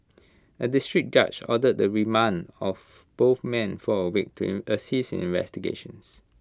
A District Judge ordered the remand of both men for A week to assist in investigations